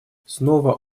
снова